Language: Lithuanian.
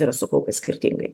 yra sukaupę skirtingai